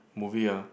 movie ah